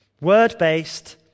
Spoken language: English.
Word-based